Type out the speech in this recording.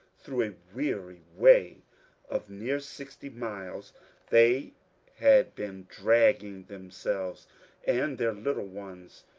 through a weary way of near sixty miles they had been dragging them selves and their little ones,